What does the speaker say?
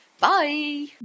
Bye